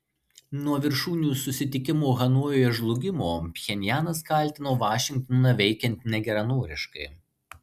nuo viršūnių susitikimo hanojuje žlugimo pchenjanas kaltino vašingtoną veikiant negeranoriškai